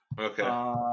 Okay